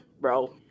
bro